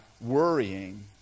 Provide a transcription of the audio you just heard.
worrying